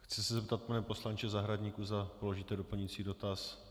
Chci se zeptat, pane poslanče Zahradníku, zda položíte doplňující dotaz.